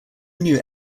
new